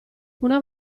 una